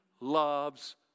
loves